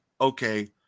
okay